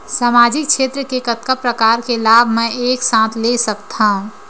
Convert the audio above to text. सामाजिक क्षेत्र के कतका प्रकार के लाभ मै एक साथ ले सकथव?